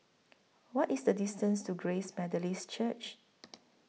What IS The distance to Grace Methodist Church